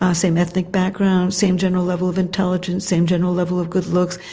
ah same ethnic background, same general level of intelligence, same general level of good looks,